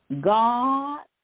God